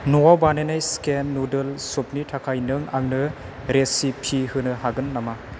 न'आव बानायनाय chicken noodle सुपनि थाखाय नों आंनो रेसिपि होनो हागोन नामा